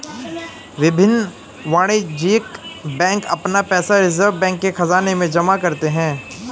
विभिन्न वाणिज्यिक बैंक अपना पैसा रिज़र्व बैंक के ख़ज़ाने में जमा करते हैं